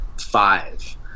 five